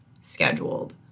scheduled